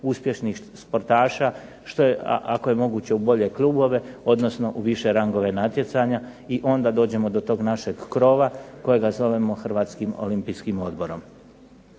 uspješnih sportaša što je ako je moguće u bolje klubove, odnosno u više rangove natjecanja i onda dođemo do tog našeg krova kojega zovemo HOO-om. Volio bih,